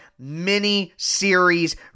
mini-series